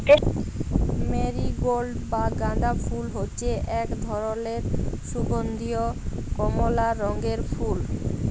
marigold বা গাঁদা ফুল হচ্যে এক ধরলের সুগন্ধীয় কমলা রঙের ফুল